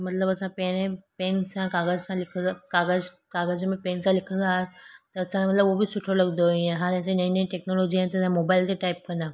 मतलबु असां पहिरें पेन सां कागज़ सां लिखंदा कागज़ कागज़ में पेन सां लिखंदा हुआ त असांजो मतलबु उहो बि सुठो लॻंदो इअं हाणे जी नईं नईं टेक्नोलॉजी आहिनि त तव्हां मोबाइल ते टाइप कंदा